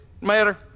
matter